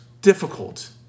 difficult